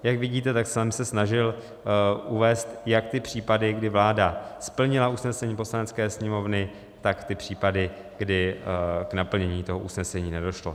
Jak vidíte, tak jsem se snažil uvést jak ty případy, kdy vláda splnila usnesení Poslanecké sněmovny, tak ty případy, kdy k naplnění usnesení nedošlo.